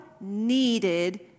needed